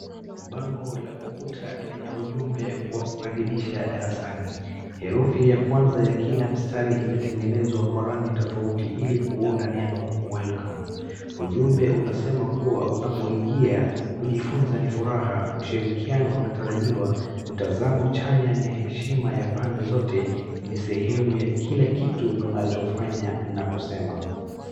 Bango la ukuta lenye ujumbe wa kukaribisha darasani, herufi ya kwanza ya kila mstari imetengenezwa kwa rangi tofauti ili kuunda neno Welcome . Ujumbe unasema kuwa unapoingia kujifunza ni furaha, ushirikiano unatarajiwa, mtazamo chanya ni ya heshima ya pande zote ni sehemu ya kila kitu tunachofanya na kusema.